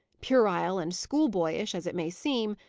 puerile and school-boyish as it may seem,